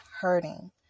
hurting